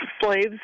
slaves